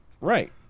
Right